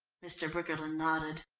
mr. briggerland nodded.